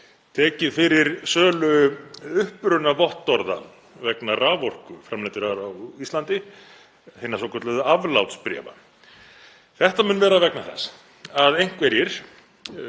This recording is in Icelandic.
tekið fyrir sölu upprunavottorða vegna raforku framleiddrar á Íslandi, hinna svokölluðu aflátsbréfa. Þetta mun vera vegna þess að einhverjir